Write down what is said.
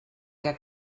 què